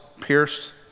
pierced